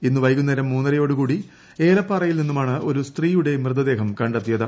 ഇന്ന് വൈകൂന്നേരം മൂന്നരയോടു കൂടി ഏലപ്പാറയിൽ നിന്നുമാണ് ഒരു സ്ത്രീയുടെ മൃതദേഹം കടെ ത്തിയത്